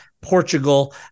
Portugal